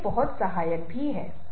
नहीं वे शामिल होंगे